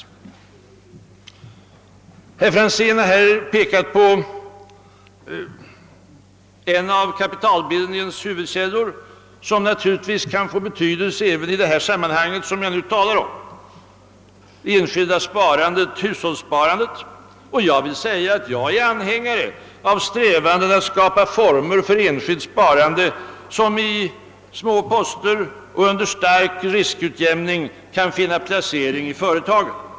Herr Franzén i Motala har pekat på en av kapitalbildningens huvudkällor, som naturligtvis kan få betydelse även i det sammanhang jag nu berör, nämligen det enskilda sparandet, hushållsparandet. Jag anser visst att man bör sträva efter att skapa former för enskilt sparande, som i små poster och under stark riskutjämning kan finna placering i företagen.